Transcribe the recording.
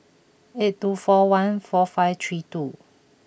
eight two four one four five three two